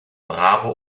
bravo